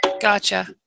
Gotcha